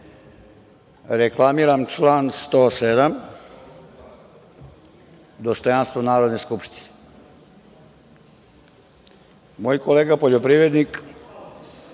reklamiram član 107. – dostojanstvo Narodne skupštine. Moj kolega poljoprivrednik